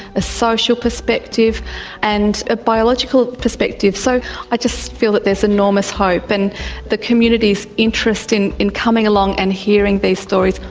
a social perspective and a biological perspective. so i just feel there's enormous hope and the community's interest in in coming along and hearing these stories,